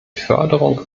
förderung